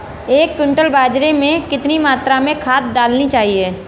एक क्विंटल बाजरे में कितनी मात्रा में खाद डालनी चाहिए?